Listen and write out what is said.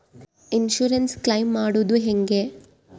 Insurance claim ಮಾಡದು ಹೆಂಗೆ?